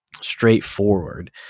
straightforward